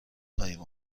خواهیم